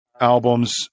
albums